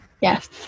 Yes